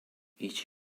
each